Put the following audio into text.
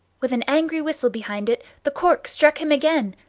with an angry whistle behind it, the cork struck him again,